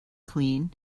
clean